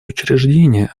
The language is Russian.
учреждения